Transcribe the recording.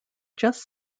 just